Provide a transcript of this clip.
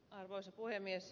hyvät kollegat